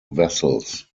vessels